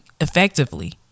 effectively